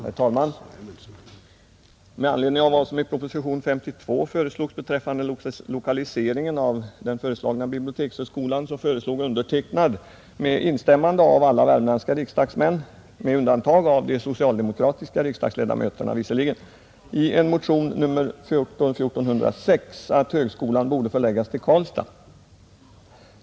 Herr talman! I anledning av propositionen 52 beträffande lokaliseringen av den aktuella högskolan föreslog jag — med instämmande av alla värmländska riksdagsmän utom de socialdemokratiska — i motionen 1406 att högskolan borde förläggas till Karlstad.